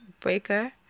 Breaker